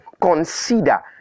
consider